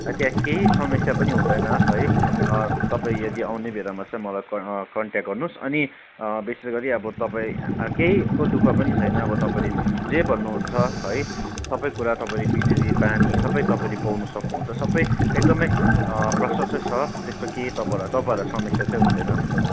त्यहाँ केही समस्या पनि हुँदैन है तपाईँ यदि आउने बेलामा चाहिँ मलाई कन्ट्याक्ट गर्नुहोस् अनि विशेष गरी अब तपाईँ केहीको दुःख पनि छैन अब तपाईँले जे भन्नुहुन्छ है सबै कुरा तपाईँले बिजुली पानी सबै तपाईँले पाउनु सक्नुहुन्छ सबै एकदमै प्रसस्तै छ त्यस्तो केही तपाईँलाई तपाईँहरूलाई समस्या चाहिँ हुँदैन